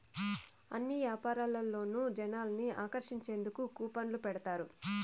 అన్ని యాపారాల్లోనూ జనాల్ని ఆకర్షించేందుకు కూపన్లు పెడతారు